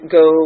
go